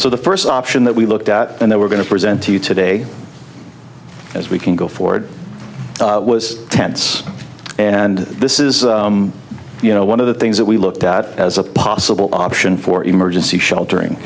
so the first option that we looked at and that we're going to present to you today as we can go forward was tense and this is you know one of the things that we looked at as a possible option for emergency sheltering